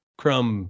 crumb